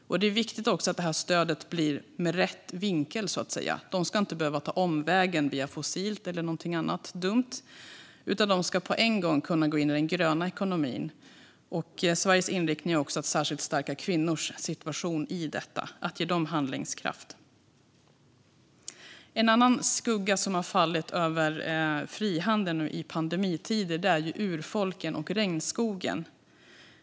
Det är också viktigt att detta stöd ges med rätt vinkel; de ska inte behöva ta omvägen via fossilt eller någonting annat dumt, utan de ska på en gång kunna gå in i den gröna ekonomin. Sveriges inriktning är också att särskilt stärka kvinnors situation i detta och ge dem handlingskraft. En annan skugga som har fallit över frihandeln i pandemitider är urfolken och regnskogen.